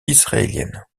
israélienne